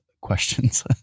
questions